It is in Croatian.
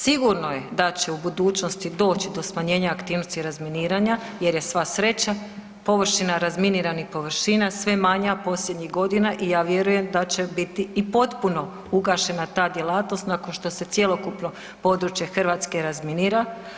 Sigurno je da će u budućnosti doći do smanjenja aktivnosti razminiranja jer je sva sreća površina razminiranih površina sve manja posljednjih godina i ja vjerujem da će biti i potpuno ugašena ta djelatnost nakon što se cjelokupno područje Hrvatske razminira.